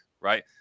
right